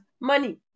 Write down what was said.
money